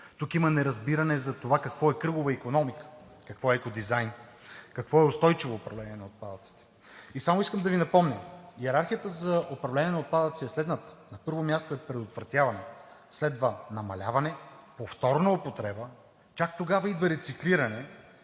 Тук има неразбиране за това какво е кръгова икономика, какво е екодизайн, какво е устойчиво управление на отпадъците! И само искам да Ви напомня, че йерархията за управление на отпадъци е следната – на първо място е предотвратяване, следва намаляване, повторна употреба, чак тогава идва рециклиране,